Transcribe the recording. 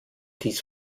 dies